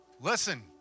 Listen